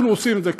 אנחנו עושים את זה.